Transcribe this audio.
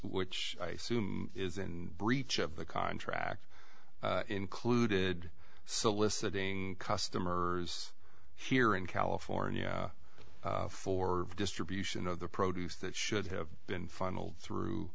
which is in breach of the contract included soliciting customers here in california for distribution of the produce that should have been funneled through